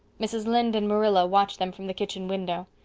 mrs. lynde and marilla watched them from the kitchen window.